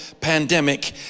pandemic